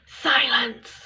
Silence